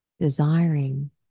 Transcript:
desiring